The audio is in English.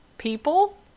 people